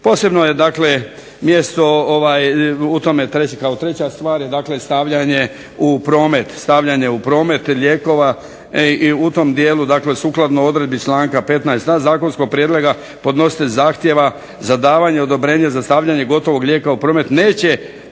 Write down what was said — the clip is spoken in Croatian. Posebno je dakle mjesto u tome kao treća stvar je stavljanje u promet lijekova i u tom dijelu sukladno odredbi članka 15. Zakonskog prijedlog podnositelj zahtjeva za davanje odobrenja za stavljanje gotovog lijeka u promet